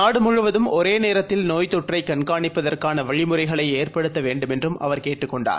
நாடுமுழுவதும் ஒரேநேரத்தில் நோய் தொற்றைகண்காணிப்பதற்கானவழிமுறைகளைஏற்படுத்தவேண்டுமென்றும் அவர் கேட்டுக் கொண்டார்